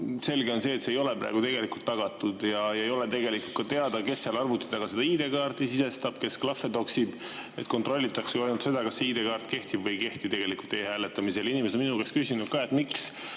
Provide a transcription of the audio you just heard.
selge, et see ei ole praegu tegelikult tagatud, ja ei ole ka teada, kes seal arvuti taga selle ID-kaardi sisestab, kes klahve toksib. Kontrollitakse ju ainult seda, kas ID-kaart kehtib või ei kehti e-hääletamisel. Inimesed on minu käest küsinud ka, miks